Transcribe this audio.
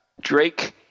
Drake